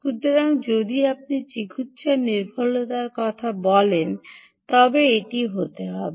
সুতরাং যদি আপনি চিকিত্সার নির্ভুলতার কথা বলছেন তবে এটি হতে হবে